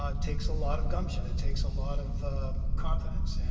ah takes a lot of gumption. it takes a lot of confidence.